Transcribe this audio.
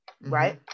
right